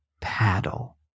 paddle